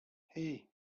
hey